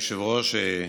אדוני היושב-ראש,